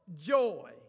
joy